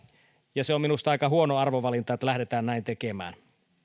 ja se on minusta aika huono arvovalinta että lähdetään näin tekemään